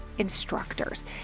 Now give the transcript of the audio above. instructors